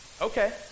Okay